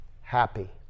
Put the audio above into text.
Happy